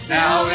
now